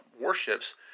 warships